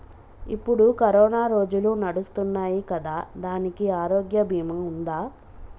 ఇప్పుడు కరోనా రోజులు నడుస్తున్నాయి కదా, దానికి ఆరోగ్య బీమా ఉందా?